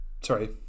sorry